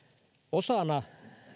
osana